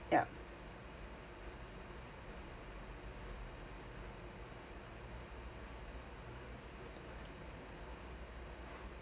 yup